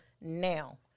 now